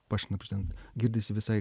pašnabždant girdisi visai